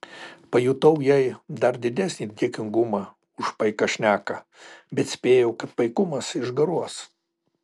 pajutau jai dar didesnį dėkingumą už paiką šneką bet spėjau kad paikumas išgaruos